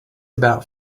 about